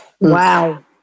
Wow